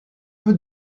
peu